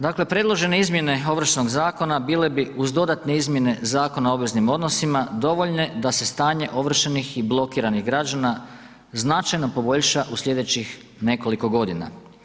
Dakle, predložene izmjene Ovršnog zakona bile bi uz dodatne izmjene Zakona o obveznim odnosima dovoljne da se stanje ovršenih i blokiranih građana značajno poboljša u slijedećih nekoliko godina.